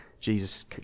Jesus